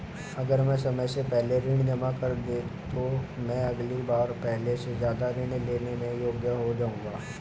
अगर मैं समय से पहले ऋण जमा कर दूं तो क्या मैं अगली बार पहले से ज़्यादा ऋण लेने के योग्य हो जाऊँगा?